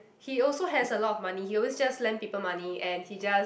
he also has a lot of money he always just lend people money and he just